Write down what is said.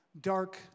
dark